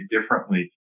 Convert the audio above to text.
differently